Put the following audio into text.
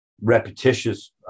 Repetitious